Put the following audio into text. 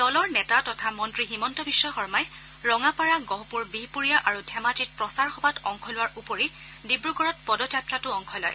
দলৰ নেতা তথা মন্ত্ৰী হিমন্ত বিশ্ব শৰ্মাই ৰঙাপাৰা গহপুৰ বিহপুৰীয়া আৰু ধেমাজিত প্ৰচাৰ সভাত অংশ লোৱাৰ উপৰি ডিব্ৰুগড়ত পদযাত্ৰাতো অংশ লয়